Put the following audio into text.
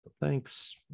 thanks